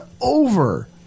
over